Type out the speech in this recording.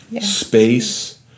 space